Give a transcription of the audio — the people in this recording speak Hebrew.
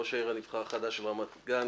ראש העיר הנבחר החדש של רמת גן,